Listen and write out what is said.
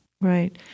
Right